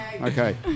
Okay